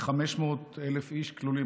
כ-500,000 איש כלולים,